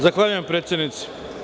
Zahvaljujem predsednice.